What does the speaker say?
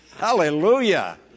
Hallelujah